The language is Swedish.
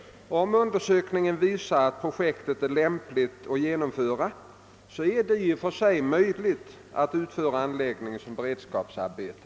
Om undersökningen visar att projektet är lämpligt och genomförbart är det i och för sig möjligt att utföra anläggningen som beredskapsarbete.